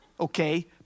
okay